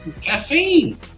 Caffeine